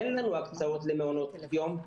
אין לנו הקצאות למעונות יום,